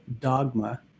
dogma